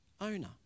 owner